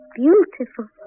beautiful